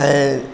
ऐं